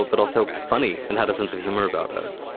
ah but also funny and had a sense of humor about it